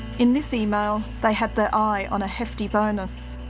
in this email, they had their eye on a hefty bonus.